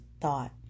thought